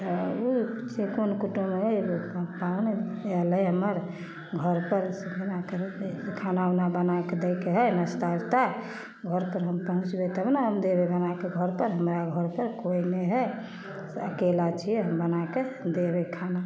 तऽ उ से कोन कूटुम्ब हइ पाहुन आयल हइ हम्मर घरपर से खानाके खाना उना बनाके दैके हइ नास्ता उस्ता घरपर हम पहुँचबय तब ने हम देबय बनाके घरपर हमरा घरपर कोइ नहि हइ से अकेला छियै हम बनाके देबय खाना